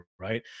right